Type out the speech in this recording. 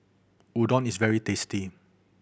udon is very tasty